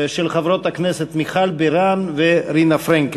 של חברות הכנסת מיכל בירן ורינה פרנקל.